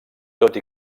tot